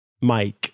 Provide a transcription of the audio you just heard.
Mike